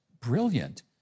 brilliant